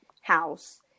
house